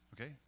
Okay